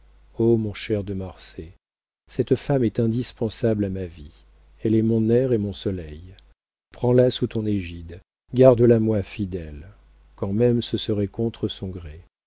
o mon cher de marsay cette femme est indispensable à ma vie elle est mon air et mon soleil prends-la sous ton égide garde la moi fidèle quand même ce serait contre son gré